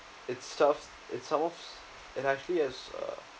it's stuff it sells it actually has uh